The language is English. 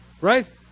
Right